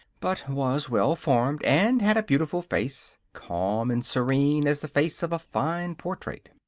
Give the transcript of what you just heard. but was well formed and had a beautiful face calm and serene as the face of a fine portrait.